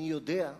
אני יודע,